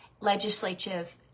legislative